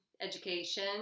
education